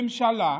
ממשלה,